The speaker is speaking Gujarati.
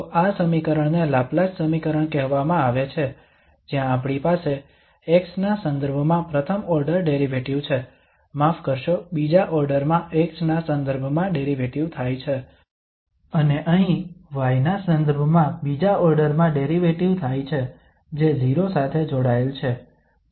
તો આ સમીકરણને લાપ્લાસ સમીકરણ કહેવામાં આવે છે જ્યાં આપણી પાસે x ના સંદર્ભમાં પ્રથમ ઓર્ડર ડેરિવેટિવ છે માફ કરશો બીજા ઓર્ડર માં x ના સંદર્ભમાં ડેરિવેટિવ થાય છે અને અહીં y ના સંદર્ભમાં બીજા ઓર્ડર માં ડેરિવેટિવ થાય છે જે 0 સાથે જોડાયેલ છે